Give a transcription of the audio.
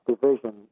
division